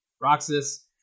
Roxas